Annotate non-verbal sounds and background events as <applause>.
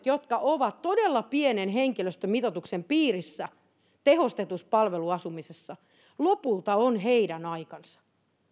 <unintelligible> jotka ovat todella pienen henkilöstömitoituksen piirissä tehostetussa palveluasumisessa heidän aikansa